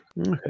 Okay